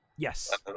Yes